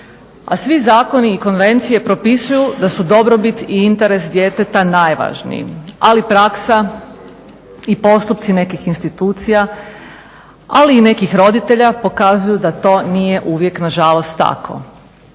A svi zakoni i konvencije propisuju da su dobrobit i interes djeteta najvažniji ali praksa i postupci nekih institucija, ali i nekih roditelja pokazuju da to nije uvijek nažalost tako.